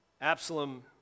Absalom